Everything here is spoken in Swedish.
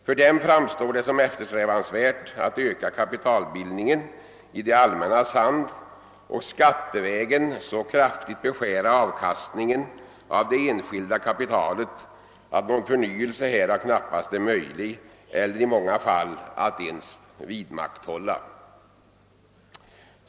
För dem framstår det som eftersträvansvärt att öka kapitalbildningen i det allmännas hand och skattevägen så kraftigt beskära avkastningen av det enskilda kapitalet, att någon förnyelse härav och i många fall inte ens ett vidmakthållande är möjligt.